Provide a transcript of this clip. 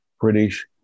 British